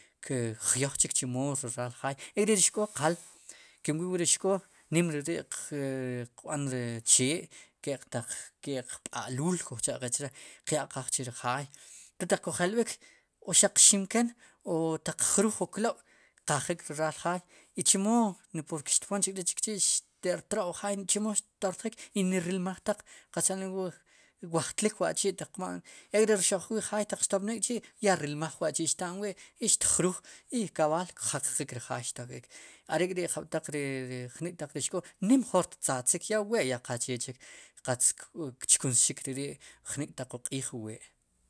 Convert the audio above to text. Kiq jyoj chik chemo ri raal jaay e ri xk'o qal kin wil wa ri xk'o nim re ri' ri qb'an ri chee keqtaq b'aluul kuj cha'qe chre qya'qaj chu ri jaay taq kujelb'ik o xaq qximken o taq jruj wu klob' kqajik ri raal jaay i chemo niporke xtpon re chikchi' te'rtro'wu jaay chemo xttortjik ni rilmaj taq chanelo wajtlik wa'chi'tiq ma'n ek ' ri rxo'jwil jaay taq xtopnik k'chi' ya rilmaj wa'chi' xta'nwi' i xtjruuj kab'aal kjaqaqik ri jay xtokik are'k'ri jab'taq jnik'ri xk'o nim jroq ttzatzik ya wu we ya qachechik qatz kchkunsxik jnik'ri ri' jnik'taq wu q'iij wu we'.